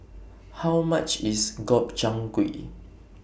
How much IS Gobchang Gui